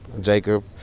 Jacob